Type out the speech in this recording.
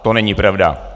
To není pravda.